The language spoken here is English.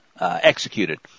executed